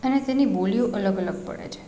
અને તેની બોલીઓ અલગ અલગ પડે છે